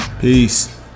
peace